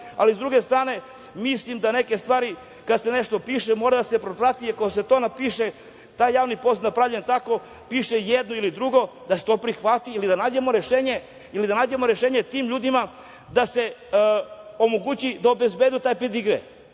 ali sa druge strane mislim da neke stvari, kada se nešto piše, mora da proprati, jer ako se to napiše… Taj javni poziv je napravljen tako, piše jedno ili drugo, da se to prihvati ili da nađemo rešenje tim ljudima, da se omogući da obezbede taj pedigre,